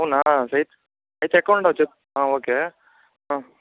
అవునా అయితే account okay అవునా